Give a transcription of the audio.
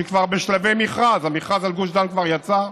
שהיא כבר בשלבי מכרז, המכרז על גוש דן כבר יצא,